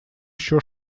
ещё